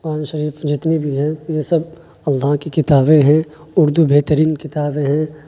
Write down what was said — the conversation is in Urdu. قرآن شریف جتنی بھی ہیں یہ سب اللہ کی کتابیں ہیں اردو بہترین کتابیں ہیں